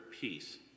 peace